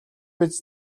биз